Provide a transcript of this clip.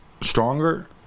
stronger